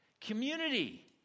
Community